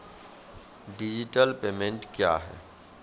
Digital payment क्या हैं?